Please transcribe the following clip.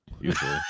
usually